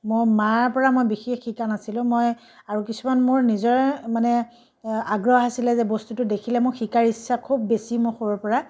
মোৰ মাৰ পৰা মই বিশেষ শিকা নাছিলোঁ মই আৰু কিছুমান মোৰ নিজৰ মানে আগ্ৰহ আছিলে যে বস্তুটো দেখিলে মোৰ শিকাৰ ইচ্ছা খুব বেছি মোৰ সৰুৰে পৰা